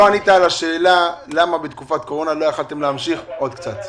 לא ענית על השאלה למה בתקופת קורונה לא יכולתם להמשיך עוד קצת.